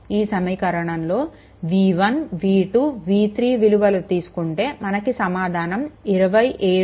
ఈ సమీకరణంలో v1 v2 v3 విలువలు తీసుకుంటే మనకి సమాధానం 27